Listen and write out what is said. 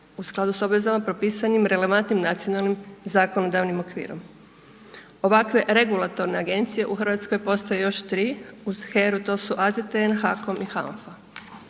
u skladu s obvezama propisanim relevantnim nacionalnim zakonodavnim okvirom. Ovakve regulatorne agencije u Hrvatskoj postoje još 3, uz HERA-u, to su AZTN, HAKOM I HANFA.